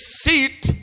seat